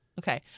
Okay